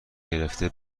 گرفته